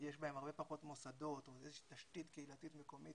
שיש בהם הרבה פחות מוסדות והתשתית הקהילתית המקומית